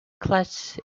class